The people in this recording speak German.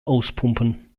auspumpen